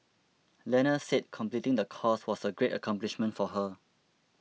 Lena said completing the course was a great accomplishment for her